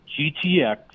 GTX